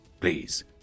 Please